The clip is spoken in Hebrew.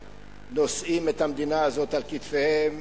שנושאים את המדינה הזאת על כתפיהם,